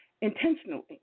intentionally